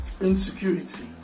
insecurity